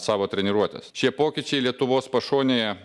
savo treniruotes šie pokyčiai lietuvos pašonėje